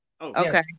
Okay